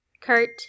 Kurt